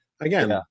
again